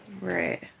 right